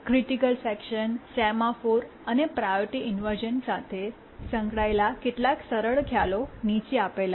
critical section semaphore અને priority inversion સાથે સંકળાયેલા કેટલાક સરળ ખ્યાલો નીચે આપેલા છે